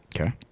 Okay